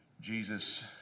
Jesus